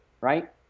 right